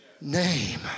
name